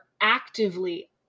actively